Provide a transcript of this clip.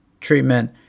treatment